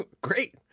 Great